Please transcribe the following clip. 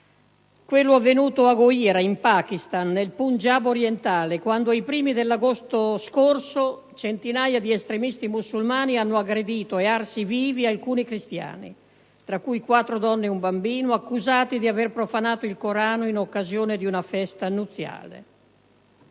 quello avvenuto a Gojra, nel Punjab orientale, in Pakistan, quando, nei primi giorni dell'agosto scorso, centinaia di estremisti musulmani hanno aggredito e arso vivi alcuni cristiani, tra i quali quattro donne e un bambino, accusati di aver profanato il Corano in occasione di una festa nuziale.